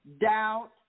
doubt